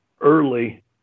early